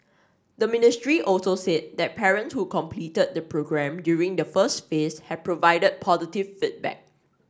the ministry also said that parents who completed the programme during the first phase have provided positive feedback